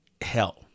hell